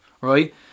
right